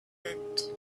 meant